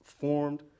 formed